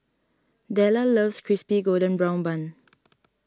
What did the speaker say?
Della loves Crispy Golden Brown Bun